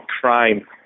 Crime